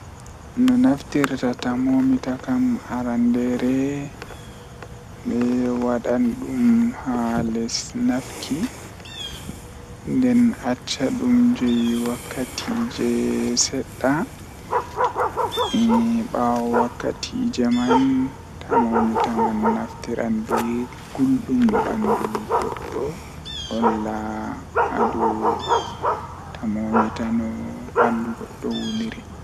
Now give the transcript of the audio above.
Haa nyalande midon yaaba nde temmere soo haa asaweere to hawri fuu nangan midon yaaba temerre jweedidi.